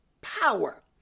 power